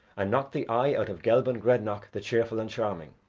and knocked the eye out of gelban grednach the cheerful and charming,